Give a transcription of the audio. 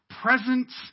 presence